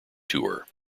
tour